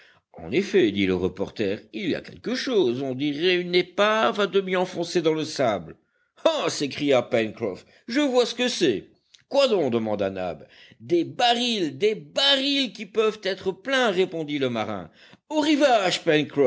en effet dit le reporter il y a quelque chose on dirait une épave à demi enfoncée dans le sable ah s'écria pencroff je vois ce que c'est quoi donc demanda nab des barils des barils qui peuvent être pleins répondit le marin au rivage